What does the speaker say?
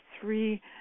three